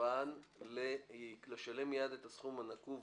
מהסרבן לשלם מיד את הסכום הנקוב